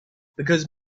because